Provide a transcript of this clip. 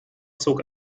zog